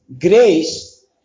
grace